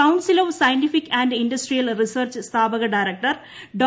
council of scientific and industrial research സ്ഥാപക director ഡോ